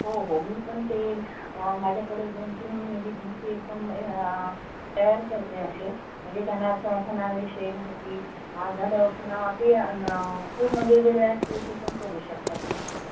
हो हो मी पण ते माझ्याकडे दोन तीन विद्यार्थी एकदम आ तयार करते असे म्हणजे त्यांना असं आसनाविषयी माहिती झालं पुन्हा ते पूर्ण वेगवेगळ्या ॲक्टिविटी पण करू शकतात मग ते